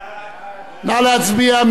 נא להצביע.